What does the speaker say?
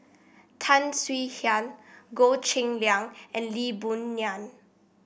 Tan Swie Hian Goh Cheng Liang and Lee Boon Ngan